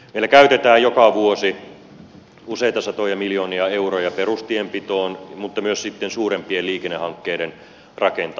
meillä käytetään joka vuosi useita satoja miljoonia euroja perustienpitoon mutta myös sitten suurempien liikennehankkeiden rakentamiseen